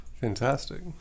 Fantastic